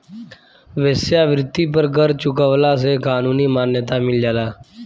वेश्यावृत्ति पर कर चुकवला से कानूनी मान्यता मिल जाला